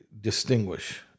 distinguish